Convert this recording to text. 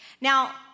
Now